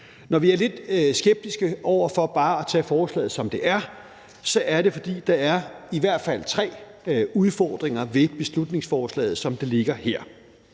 Når vi er lidt skeptiske over for bare at tage forslaget, som det er, så er det, fordi der i hvert fald er tre udfordringer ved beslutningsforslaget, som det ligger her.